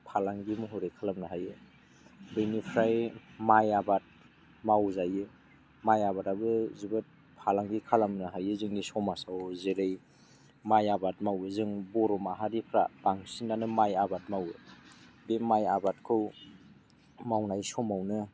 फालांगि महरै खालामनो हायो बेनिफ्राय माइ आबाद मावजायो माइ आबादाबो जोबोद फालांगि खालामनो हायो जोंनि समाजाव जेरै माइ आबाद मावो जों बर' माहारिफ्रा बांसिनानो माइ आबाद मावो बे माइ आबादखौ मावनाय समावनो